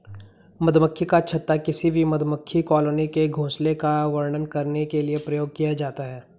मधुमक्खी का छत्ता किसी भी मधुमक्खी कॉलोनी के घोंसले का वर्णन करने के लिए प्रयोग किया जाता है